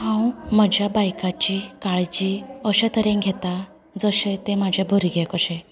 हांव म्हज्या बायकाची काळजी अश्या तरेन घेता जशें तें म्हाजें भुरगें कशें